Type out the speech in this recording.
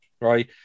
right